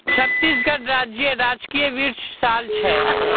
छत्तीसगढ़ राज्येर राजकीय वृक्ष साल छे